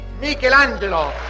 Michelangelo